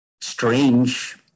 strange